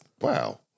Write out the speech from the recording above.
wow